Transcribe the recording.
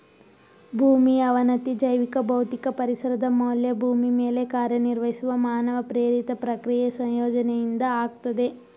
ಭೂಮಿ ಅವನತಿ ಜೈವಿಕ ಭೌತಿಕ ಪರಿಸರದ ಮೌಲ್ಯ ಭೂಮಿ ಮೇಲೆ ಕಾರ್ಯನಿರ್ವಹಿಸುವ ಮಾನವ ಪ್ರೇರಿತ ಪ್ರಕ್ರಿಯೆ ಸಂಯೋಜನೆಯಿಂದ ಆಗ್ತದೆ